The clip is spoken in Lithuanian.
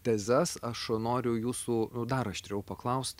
tezes aš noriu jūsų dar aštriau paklaust